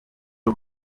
y’u